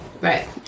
Right